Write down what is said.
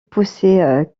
pousser